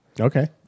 Okay